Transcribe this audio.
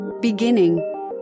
beginning